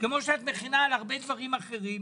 כמו שאת מכינה על הרבה דברים אחרים,